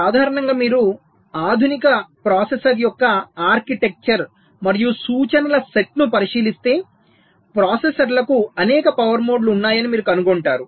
సాధారణంగా మీరు ఆధునిక ప్రాసెసర్ యొక్క ఆర్కిటెక్చర్ మరియు సూచనల సెట్ను పరిశీలిస్తే ప్రాసెసర్లకు అనేక పవర్ మోడ్లు ఉన్నాయని మీరు కనుగొంటారు